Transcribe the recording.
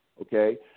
Okay